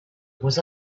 was